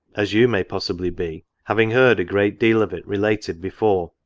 as you may possibly be, having heard a great deal of it related before.